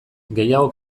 gehiago